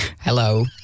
Hello